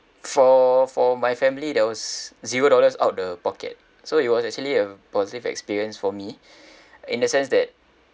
for for my family that was zero dollars out of the pocket so it was actually a positive experience for me in the sense that